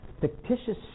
fictitious